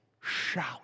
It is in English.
shout